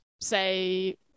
say